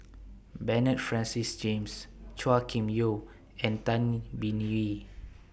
Bernard Francis James Chua Kim Yeow and Tay Bin Wee